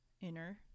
inner